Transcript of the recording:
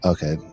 Okay